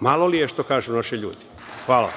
Malo li je, što kažu naši ljudi. Hvala